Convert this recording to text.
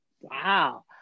Wow